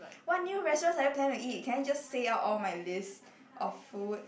what new restaurants are you planning to eat can I just say out all my lists of food